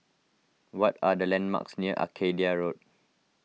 what are the landmarks near Arcadia Road